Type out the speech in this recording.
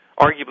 arguably